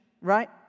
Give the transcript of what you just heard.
right